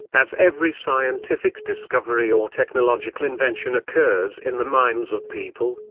as every scientific discovery or technological invention occurs in the minds of people,